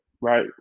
right